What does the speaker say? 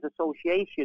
association